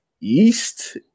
East